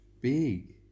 big